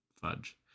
fudge